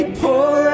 pour